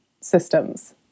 systems